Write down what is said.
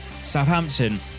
Southampton